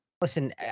Listen